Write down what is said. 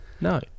No